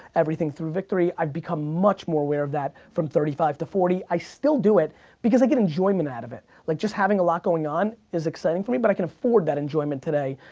everything through victory i've become much more aware of that from thirty five to forty, i still do it because i get enjoyment out of it, like just having a lot going on is exciting for me, but i can afford that enjoyment today,